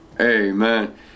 Amen